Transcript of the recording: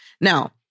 Now